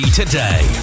today